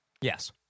Yes